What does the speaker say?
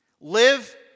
Live